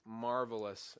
marvelous